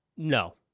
No